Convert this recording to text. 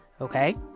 okay